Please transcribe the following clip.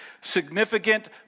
significant